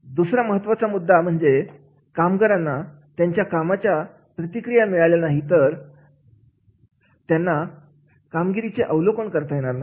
दुसरा महत्त्वाचा मुद्दा म्हणजे कामगारांना त्यांच्या कामाच्या प्रतिक्रिया मिळाल्या नाही तर त्यांना कामगिरीचा अवलोकन करता येणार नाही